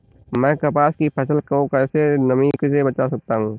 मैं कपास की फसल को कैसे नमी से बचा सकता हूँ?